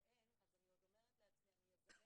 ואין אז אני אומרת לעצמי שאני אזמן